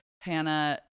Hannah